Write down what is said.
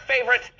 favorite